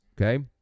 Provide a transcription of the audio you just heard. Okay